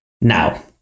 now